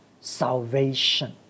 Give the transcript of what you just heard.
salvation